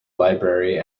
library